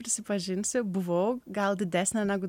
prisipažinsiu buvau gal didesnė negu